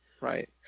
Right